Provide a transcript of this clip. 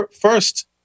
first